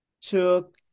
took